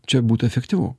čia būtų efektyvu